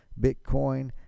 Bitcoin